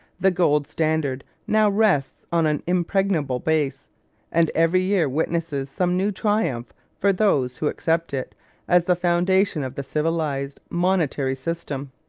the gold standard now rests on an impregnable base and every year witnesses some new triumph for those who accept it as the foundation of the civilised monetary system.